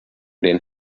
den